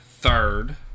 third